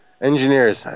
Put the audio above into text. engineers